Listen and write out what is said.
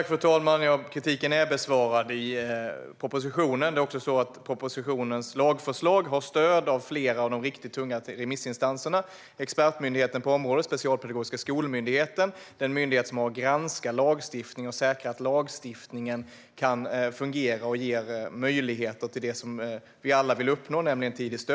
Fru talman! Kritiken är besvarad i propositionen. Det är också så att propositionens lagförslag har stöd av flera av de riktigt tunga remissinstanserna. Förslaget har stöd av expertmyndigheten på området, Specialpedagogiska skolmyndigheten, som har att granska lagstiftningen och säkra att den kan fungera och ge möjligheter till det vi alla vill uppnå, nämligen tidigt stöd.